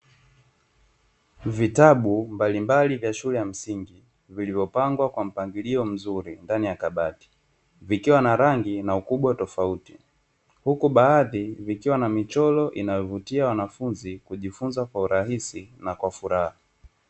Vitabu mbalimbali vya shule ya msingi vilivyopangwa kwa mpangilio mzuri ndani ya kabati vikiwa na rangi na ukubwa tofauti, huku baadhi vikiwa na michoro inayovutia wanafunzi kujifunza kwa urahisi na kwa furaha.